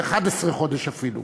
ו-11 חודש אפילו.